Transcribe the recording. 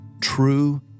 true